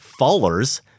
fallers